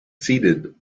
seated